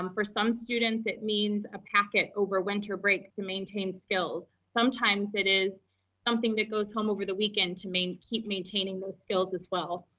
um for some students, it means a packet over winter break to maintain skills. sometimes it is something that goes home over the weekend to main keep maintaining those skills as well.